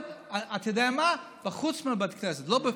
אתה יודע מה, מחוץ לבית כנסת, לא בפנים.